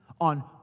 on